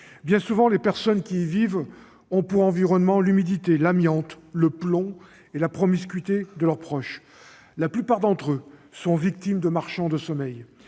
Bien souvent, les personnes qui y vivent ont pour environnement l'humidité, l'amiante, le plomb et la promiscuité de leurs proches. La plupart d'entre eux sont victimes de marchands de sommeil.